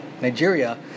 Nigeria